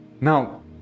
Now